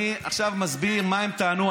אני עכשיו מסביר מה הם טענו,